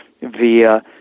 via